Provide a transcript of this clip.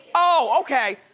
oh okay,